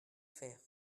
faire